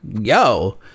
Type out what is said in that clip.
yo